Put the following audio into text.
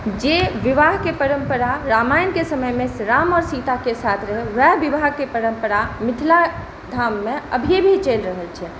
जे विवाहके परम्परा रामायणके समयमे राम आओर सीताके साथ रहै वएह विवाहके परम्परा मिथिला धाममे अभी भी चलि रहल छै